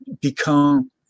Become